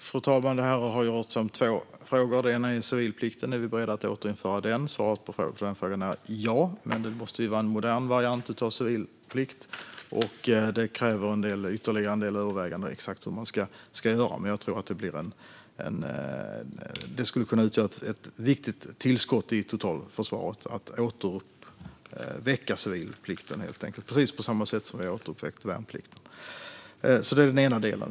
Fru talman! Det här har rört sig om två frågor. Den ena är civilplikten. Är vi beredda att återinföra den? Svaret är ja, men det måste vara en modern variant av civilplikt. Det kräver också en del ytterligare överväganden om exakt hur man ska göra, men jag tror att det skulle kunna utgöra ett viktigt tillskott till totalförsvaret att återuppväcka civilplikten, på samma sätt som vi har återuppväckt värnplikten. Det är den ena delen.